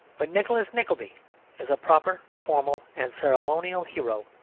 but nicholas nickleby is a proper, formal, and ceremonial hero.